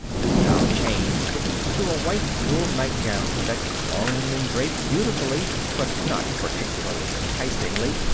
who'd now changed to a white wool nightgown that clung and draped beautifully, but not particularly enticingly,